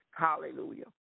Hallelujah